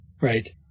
Right